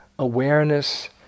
awareness